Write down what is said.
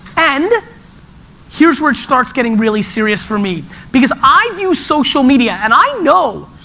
and here's where it starts getting really serious for me, because i view social media, and i know,